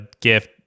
gift